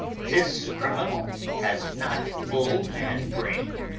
this criminal has not full man-brain.